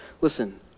Listen